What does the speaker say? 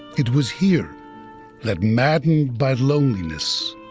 it was here that maddened by loneliness,